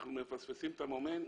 אנחנו מפספסים את המומנט